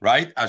Right